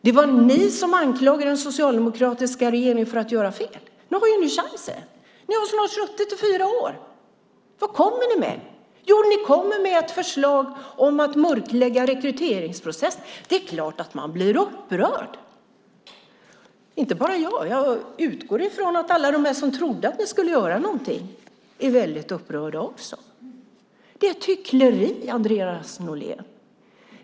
Det var ni som anklagade den socialdemokratiska regeringen för att göra fel. Nu har ni chansen. Ni har suttit i fyra år. Vad kommer ni med? Jo, ni kommer med ett förslag om att mörklägga rekryteringsprocessen. Det är klart att man blir upprörd, och det är inte bara jag som blir upprörd. Jag utgår ifrån att alla de som trodde att ni skulle göra någonting är väldigt upprörda också. Det är ett hyckleri, Andreas Norlén.